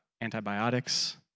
antibiotics